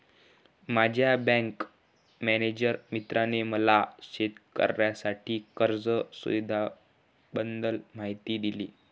माझ्या bank manager मित्राने मला शेतकऱ्यांसाठी कर्ज सुविधांबद्दल माहिती दिली